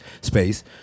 space